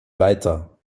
weiter